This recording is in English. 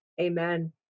Amen